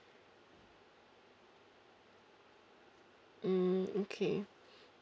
mm okay